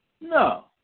No